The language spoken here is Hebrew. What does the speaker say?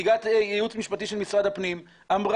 נציגת ייעוץ משפטי של משרד הפנים אמרה,